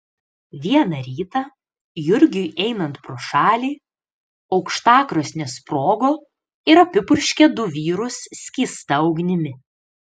vieną rytą jurgiui einant pro šalį aukštakrosnė sprogo ir apipurškė du vyrus skysta ugnimi